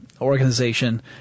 organization